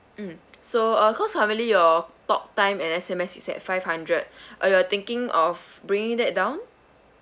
mm so uh cause currently your talk time and S_M_S is at five hundred uh you're thinking of bringing that down